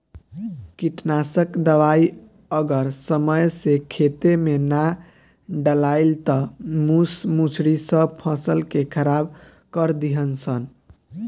कीटनाशक दवाई अगर समय से खेते में ना डलाइल त मूस मुसड़ी सब फसल के खराब कर दीहन सन